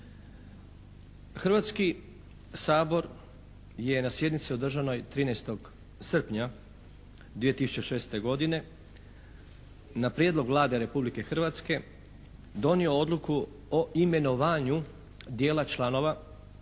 Hrvatski sabor je na sjednici održanoj 13. srpnja 2006. godine na prijedlog Vlade Republike Hrvatske donio Odluku o imenovanju dijela članova Upravnog